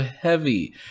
heavy